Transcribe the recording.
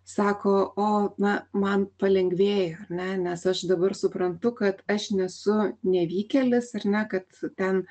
sako o na man palengvėjo ar ne nes aš dabar suprantu kad aš nesu nevykėlis ar ne kad ten